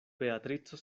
beatrico